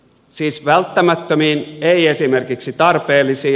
siis välttämättömiin ei esimerkiksi tarpeellisiin